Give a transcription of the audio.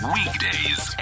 Weekdays